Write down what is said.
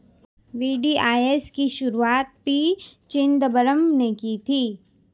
VDIS की शुरुआत P Chidambaram ने की थी